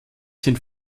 sind